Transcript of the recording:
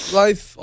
life